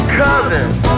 cousins